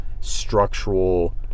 structural